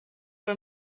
bei